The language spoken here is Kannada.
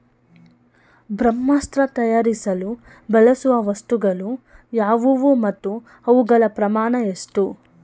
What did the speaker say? ಬ್ರಹ್ಮಾಸ್ತ್ರ ತಯಾರಿಸಲು ಬಳಸುವ ವಸ್ತುಗಳು ಯಾವುವು ಮತ್ತು ಅವುಗಳ ಪ್ರಮಾಣ ಎಷ್ಟು?